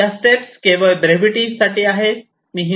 या स्टेप्स केवळ ब्रेव्हिटी साठी आहे